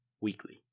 weekly